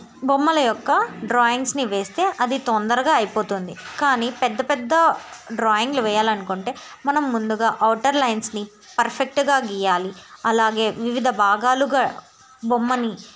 బొమ్మల యొక్క డ్రాయింగ్స్ని వేస్తే అది తొందరగా అయిపోతుంది కానీ పెద్ద పెద్ద డ్రాయింగులు వేయాలనుకుంటే మనం ముందుగా ఔటర్ లైన్స్ని పర్ఫెక్ట్గా గీయాలి అలాగే వివిధ భాగాలుగా బొమ్మని